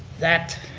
that